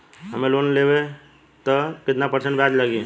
हम लोन लेब त कितना परसेंट ब्याज लागी?